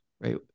Right